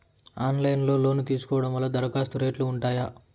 Online లో loan తీసుకోవడం వల్ల దరఖాస్తు రేట్లు ఉంటాయా?